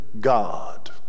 God